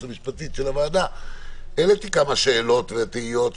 המשפטית של הוועדה העליתי כמה שאלות ותהיות,